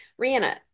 Rihanna